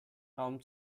raum